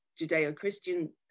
Judeo-Christian